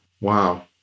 Wow